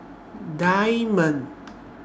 Diamond